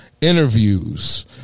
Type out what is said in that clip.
interviews